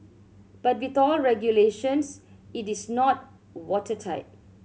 but with all regulations it is not watertight